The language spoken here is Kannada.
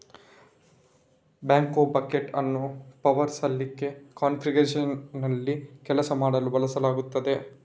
ಬ್ಯಾಕ್ಹೋ ಬಕೆಟ್ ಅನ್ನು ಪವರ್ ಸಲಿಕೆ ಕಾನ್ಫಿಗರೇಶನ್ನಲ್ಲಿ ಕೆಲಸ ಮಾಡಲು ಬಳಸಲಾಗುತ್ತದೆ